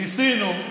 ניסינו.